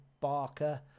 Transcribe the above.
Barker